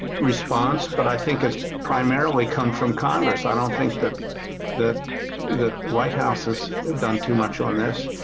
response but i think it's primarily come from congress. i don't think that the the white house has done too much on this.